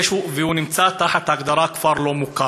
ונמצא תחת ההגדרה "כפר לא מוכר".